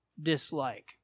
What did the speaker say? dislike